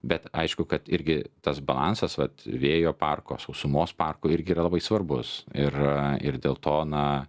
bet aišku kad irgi tas balansas vat vėjo parko sausumos parko irgi yra svarbus ir ir dėl to na